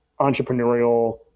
entrepreneurial